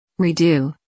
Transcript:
Redo